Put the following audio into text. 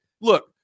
Look